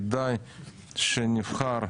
כדאי שנבחר,